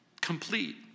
complete